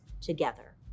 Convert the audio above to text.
Together